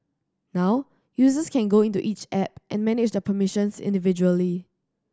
now users can go into each app and manage the permissions individually